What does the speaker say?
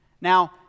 Now